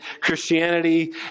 Christianity